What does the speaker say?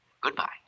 Goodbye